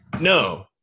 No